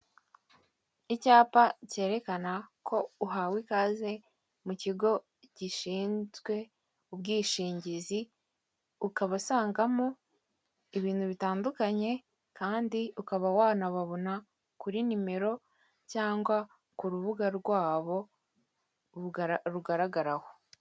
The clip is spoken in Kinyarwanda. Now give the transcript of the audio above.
Icyapa cyerekana ko uhawe ikaze mu kigo gishinzwe ubwishingizi, ukaba usangamo ibintu bitandukanye, kandi ukaba wanababona kuri nimero cyangwa ku rubuga rwabo bugaragaraho.